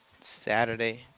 Saturday